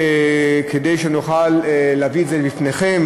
כדי שנוכל להביא את זה לפניכם,